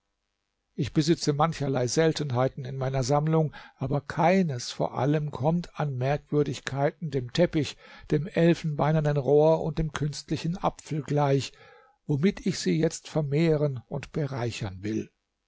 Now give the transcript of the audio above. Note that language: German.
ich besitze mancherlei seltenheiten in meiner sammlung aber keines vor allem kommt an merkwürdigkeiten dem teppich dem elfenbeinernen rohr und dem künstlichen apfel gleich womit ich sie jetzt vermehren und bereichern will